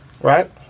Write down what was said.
Right